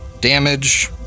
damage